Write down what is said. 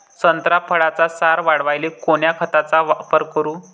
संत्रा फळाचा सार वाढवायले कोन्या खताचा वापर करू?